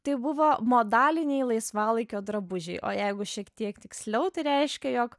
tai buvo modaliniai laisvalaikio drabužiai o jeigu šiek tiek tiksliau tai reiškė jog